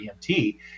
EMT